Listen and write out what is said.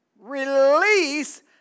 Release